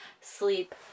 Sleep